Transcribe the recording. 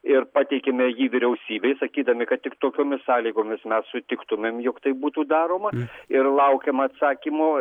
ir pateikėme jį vyriausybei sakydami kad tik tokiomis sąlygomis mes sutiktumėm jog tai būtų daroma ir laukiam atsakymo